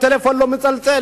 הטלפון מצלצל,